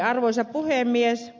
arvoisa puhemies